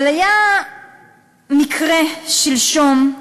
אבל היה מקרה שלשום,